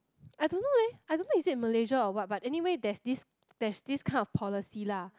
I don't know leh I don't know is it malaysia or what but anywhere that's this that's this kind of policy lah